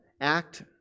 Act